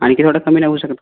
आणखी थोडं कमी नाही होऊ शकत